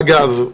אגב,